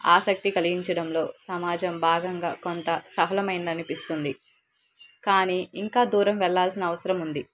ఆసక్తి కలిగించడంలో సమాజం భాగంగా కొంత సఫలమైందనిపిస్తుంది కానీ ఇంకా దూరం వెళ్లాల్సిన అవసరం ఉంది